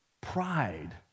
pride